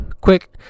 quick